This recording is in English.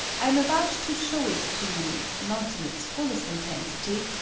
i am about to show it to you not in its fullest intensity,